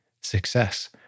success